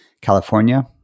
California